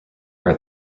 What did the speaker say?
are